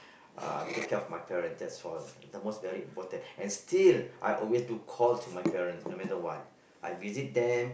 uh take care of my parents that's all the most very important and still I always do call to my parents no matter what I visit them